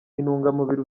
intungamubiri